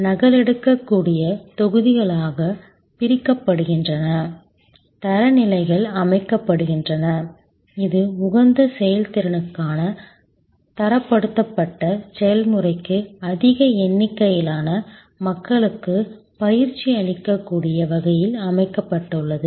நகலெடுக்கக்கூடிய தொகுதிகளாகப் பிரிக்கப்படுகின்றன தரநிலைகள் அமைக்கப்படுகின்றன இது உகந்த செயல்திறனுக்கான தரப்படுத்தப்பட்ட செயல்முறைக்கு அதிக எண்ணிக்கையிலான மக்களுக்குப் பயிற்சி அளிக்கக்கூடிய வகையில் அமைக்கப்பட்டுள்ளது